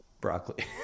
broccoli